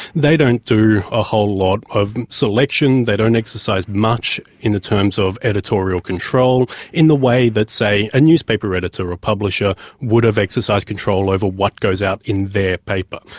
they don't do a whole lot of selection, they don't exercise much in terms of editorial control in the way that, say, a newspaper editor or publisher would have exercised control over what goes out in their paper.